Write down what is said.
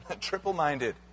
triple-minded